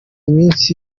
iminsi